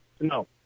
No